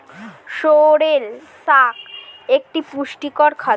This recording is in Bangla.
সোরেল শাক একটি পুষ্টিকর খাদ্য